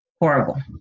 horrible